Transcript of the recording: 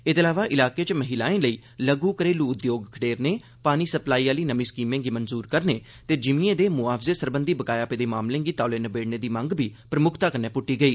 एह्दे अलावा इलाके च महिलाएं लेई लघु घरेलू उद्योग खडेरने पानी सप्लाई आह्ली नमीं स्कीमें गी मंजूर करने ते जिमीं दे मुआवजे सरबंधी बकाया पेदे मामलें गी तौले नबेड़ने दी मंग बी प्रमुक्खता कन्नै पुट्टी गेई